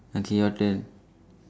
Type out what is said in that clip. okay your turn